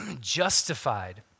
justified